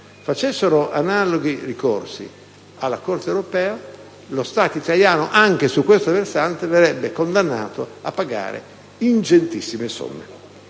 facessero analoghi ricorsi alla Corte europea, lo Stato italiano anche su questo versante verrebbe condannato a pagare ingentissime somme.